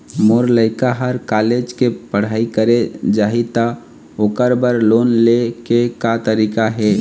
मोर लइका हर कॉलेज म पढ़ई करे जाही, त ओकर बर लोन ले के का तरीका हे?